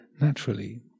naturally